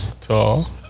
tall